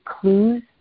clues